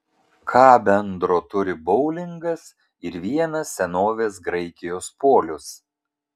ką bendro turi boulingas ir vienas senovės graikijos polius